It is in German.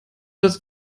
das